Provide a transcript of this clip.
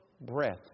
breath